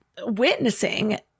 witnessing